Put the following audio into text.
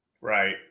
Right